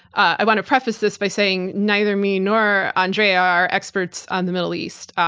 i want to preface this by saying neither me nor andrea are experts on the middle east.